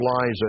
lies